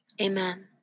Amen